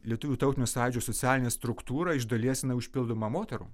lietuvių tautinio sąjūdžio socialinė struktūra iš dalies jinai užpildoma moterų